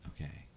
Okay